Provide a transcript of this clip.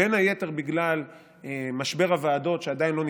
בין היתר בגלל משבר הוועדות שעדיין לא נפתר,